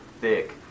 thick